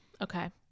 Okay